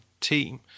team